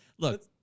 Look